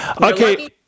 okay